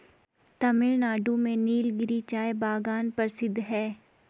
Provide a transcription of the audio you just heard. तमिलनाडु में नीलगिरी चाय बागान प्रसिद्ध है